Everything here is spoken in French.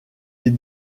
des